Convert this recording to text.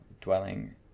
dwelling